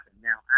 now